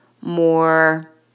more